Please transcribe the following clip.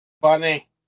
funny